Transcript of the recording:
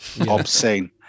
Obscene